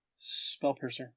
Spellpiercer